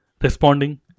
responding